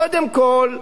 קודם כול,